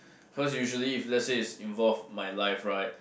cause usually if let say is involved my life right